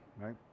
right